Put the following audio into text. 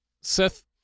Seth